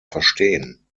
verstehen